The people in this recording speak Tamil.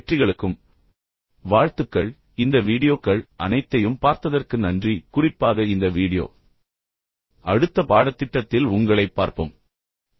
அனைத்து வெற்றிகளுக்கும் வாழ்த்துக்கள் மற்றும் இந்த வீடியோக்கள் அனைத்தையும் பார்த்ததற்கு நன்றி குறிப்பாக இந்த வீடியோ அடுத்த பாடத்திட்டத்தில் உங்களைப் பார்ப்போம்